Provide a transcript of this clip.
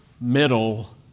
middle